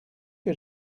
que